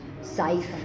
safe